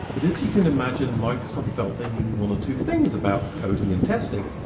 but as you can imagine microsoft felt they knew one or two things about coding and testing!